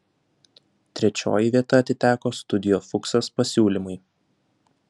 trečioji vieta atiteko studio fuksas pasiūlymui